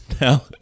now